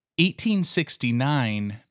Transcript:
1869